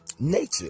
Nature